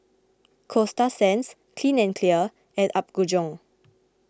Coasta Sands Clean and Clear and Apgujeong